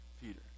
Peter